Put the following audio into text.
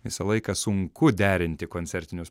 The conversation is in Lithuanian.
visą laiką sunku derinti koncertinius